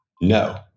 No